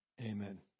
Amen